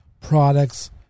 products